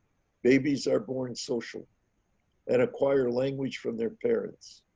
babies are born social and acquire language from their parents.